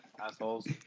Assholes